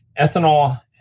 ethanol